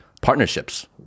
partnerships